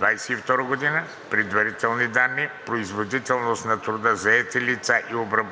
2022 г. – предварителни данни; – производителност на труда, заети лица и